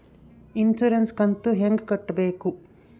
Insurance ಕಂತು ಹೆಂಗ ಕಟ್ಟಬೇಕು?